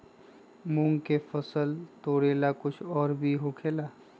मूंग के फसल तोरेला कुछ और भी होखेला?